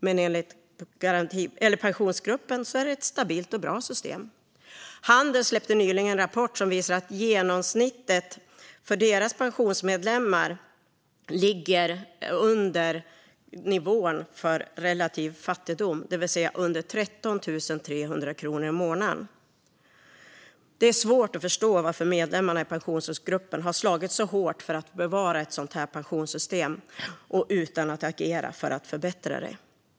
Men enligt Pensionsgruppen är systemet stabilt och bra. Handels släppte nyligen en rapport som visar att genomsnittspensionen för deras medlemmar ligger under nivån för relativ fattigdom, det vill säga under 13 300 kronor i månaden. Det är svårt att förstå varför medlemmarna i Pensionsgruppen har slagits så hårt för att bevara detta pensionssystem och inte agerat för att förbättra det.